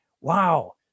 wow